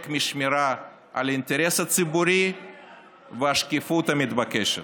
משמירה על האינטרס הציבורי והשקיפות המתבקשת.